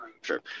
sure